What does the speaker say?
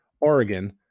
Oregon